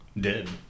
dead